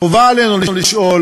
חובה עלינו לשאול,